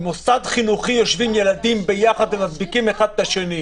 במוסד חינוכי יושבים ילדים ביחד ומדביקים אחד את השני,